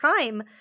time